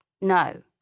no